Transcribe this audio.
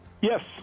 Yes